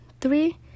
three